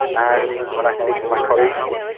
and when i speak to my colleagues,